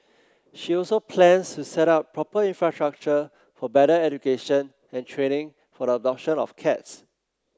she also plans to set up proper infrastructure for better education and training for the adoption of cats